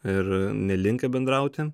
ir nelinkę bendrauti